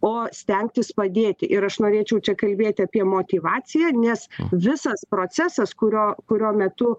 o stengtis padėti ir aš norėčiau čia kalbėti apie motyvaciją nes visas procesas kurio kurio metu